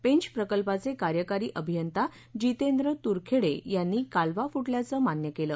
पेंच प्रकल्पाचे कार्यकारी अभियंता जितेंद्र तूरखेडे यांनी कालवा फुटल्याचं मान्य केलं